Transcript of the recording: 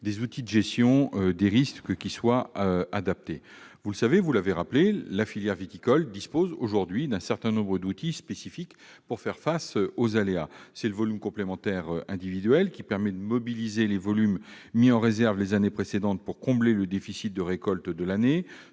des outils de gestion des risques adaptés. Vous l'avez rappelé, la filière viticole dispose d'outils spécifiques pour faire face aux aléas. Je pense au volume complémentaire individuel, qui permet de mobiliser les volumes mis en réserve les années précédentes pour combler le déficit de récolte de l'année,